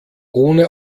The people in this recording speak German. ohne